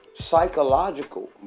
psychological